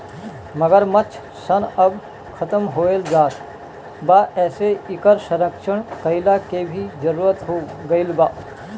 मगरमच्छ सन अब खतम होएल जात बा एसे इकर संरक्षण कईला के भी जरुरत हो गईल बा